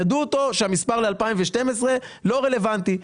שהמספר ל-2012 לא רלוונטי,